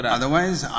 otherwise